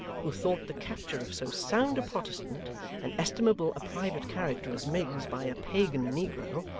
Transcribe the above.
who thought the capture of so sound a protestant and estimable a private character as miggs by a pagan negro,